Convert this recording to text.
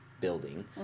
building